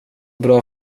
bra